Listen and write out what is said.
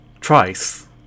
twice